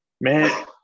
man